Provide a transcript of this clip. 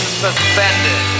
suspended